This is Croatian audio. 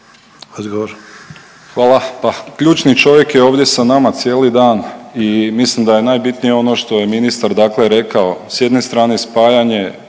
Hvala.